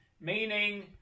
meaning